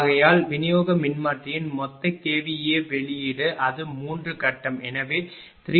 ஆகையால் விநியோக மின்மாற்றியின் மொத்த kVA வெளியீடு அது 3 கட்டம் எனவே3×22